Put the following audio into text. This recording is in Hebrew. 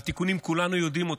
והתיקונים, כולנו יודעים אותם,